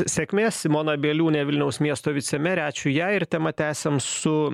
sėkmės simona bieliūnė vilniaus miesto vicemerė ačiū jai ir temą tęsiam su